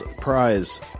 Prize